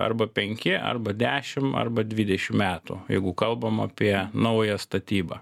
arba penki arba dešim arba dvidešim metų jeigu kalbam apie naują statybą